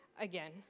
again